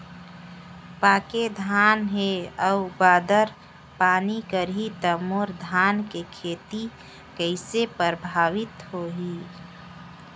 पके धान हे अउ बादर पानी करही त मोर धान के खेती कइसे प्रभावित होही?